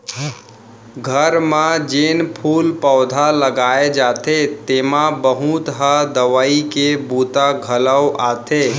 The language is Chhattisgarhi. घर म जेन फूल पउधा लगाए जाथे तेमा बहुत ह दवई के बूता घलौ आथे